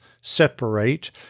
separate